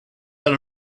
that